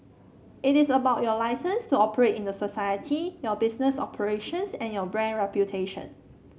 it is about your licence to operate in a society your business operations and your brand reputation